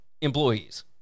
employees